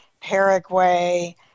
Paraguay